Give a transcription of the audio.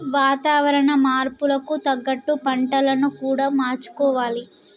వాతావరణ మార్పులకు తగ్గట్టు పంటలను కూడా మార్చుకోవాలి